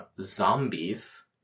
zombies